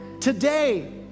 Today